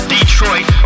Detroit